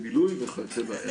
לבילוי וכיוצא באלה.